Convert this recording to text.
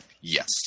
Yes